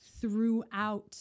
throughout